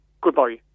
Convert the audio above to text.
goodbye